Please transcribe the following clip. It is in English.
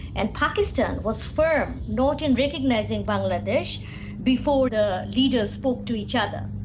and pakistan was firm not in recognising bangladesh before the leaders spoke to each other.